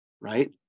right